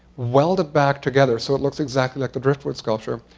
weld it back together, so it looks exactly like the driftwood sculpture,